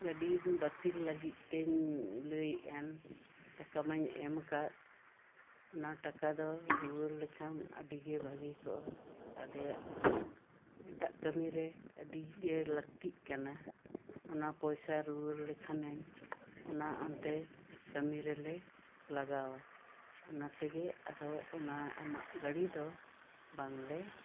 ᱜᱟᱹᱰᱤ ᱫᱩᱧ ᱵᱟᱹᱛᱤᱞ ᱞᱟᱹᱜᱤᱫ ᱛᱮᱧ ᱞᱟᱹᱭ ᱮᱫ ᱟᱱ ᱴᱟᱠᱟ ᱢᱟᱹᱧ ᱮᱢ ᱟᱠᱟᱫ ᱚᱱᱟ ᱴᱟᱠᱟᱫᱚ ᱨᱩᱭᱟᱹᱲ ᱞᱮᱠᱷᱟᱱ ᱟᱹᱰᱤᱜᱮ ᱵᱷᱟᱜᱮ ᱠᱚᱜᱼᱟ ᱟᱞᱮᱭᱟᱜ ᱮᱴᱟᱜ ᱠᱟᱹᱢᱤ ᱨᱮ ᱟᱹᱰᱤᱜᱮ ᱞᱟᱹᱠᱛᱤᱜ ᱠᱟᱱᱟ ᱚᱱᱟ ᱯᱚᱭᱥᱟ ᱨᱩᱭᱟᱹᱲ ᱞᱮᱠᱷᱟᱱᱮᱢ ᱚᱱᱟ ᱚᱱᱛᱮ ᱠᱟᱹᱢᱤ ᱨᱮᱞᱮ ᱞᱟᱜᱟᱣᱼᱟ ᱚᱱᱟᱛᱮᱜᱮ ᱟᱫᱚ ᱚᱱᱟ ᱟᱢᱟ ᱜᱟᱹᱰᱤ ᱫᱚ ᱵᱟᱝᱞᱮ